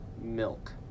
Milk